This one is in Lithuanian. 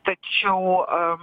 tačiau am